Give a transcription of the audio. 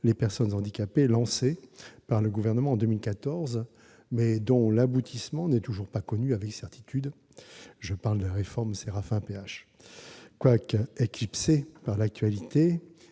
les personnes handicapées engagée par le Gouvernement en 2014, mais dont l'aboutissement n'est toujours pas connu avec certitude : je veux parler de la réforme SERAFIN-PH. Bien qu'elle soit éclipsée par l'actualité,